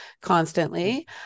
constantly